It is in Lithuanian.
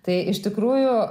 tai iš tikrųjų